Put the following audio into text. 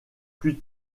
plus